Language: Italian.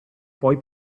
poi